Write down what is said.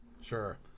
Sure